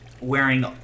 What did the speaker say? wearing